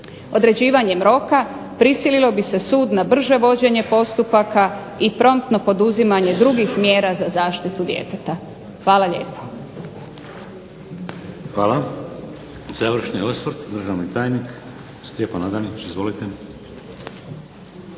Određivanjem roka prisililo bi se sud na brže vođenje postupaka, i promptno poduzimanje drugih mjera za zaštitu djeteta. Hvala lijepa.